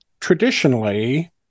Traditionally